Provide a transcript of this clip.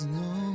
no